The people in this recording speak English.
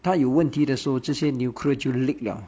它有问题的时候那些 nuclear 就 leak 了